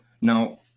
Now